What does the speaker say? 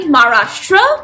Maharashtra